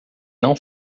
não